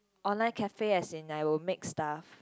online cafe as in I will make stuff